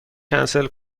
کنسل